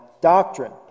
doctrine